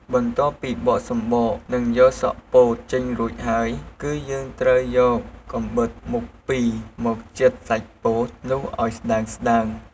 បន្ទាប់ពីបកសំបក និងយកសក់ពោតចេញរួចហើយគឺយើងត្រូវយកកាំបិតមុខពីរមកចិតសាច់ពោតនោះស្ដើងៗ។